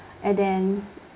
and then